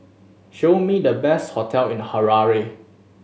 show me the best hotel in the Harare